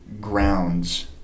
grounds